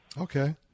Okay